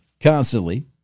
constantly